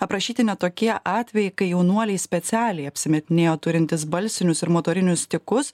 aprašyti net tokie atvejai kai jaunuoliai specialiai apsimetinėjo turintys balsinius ir motorinius tikus